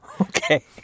Okay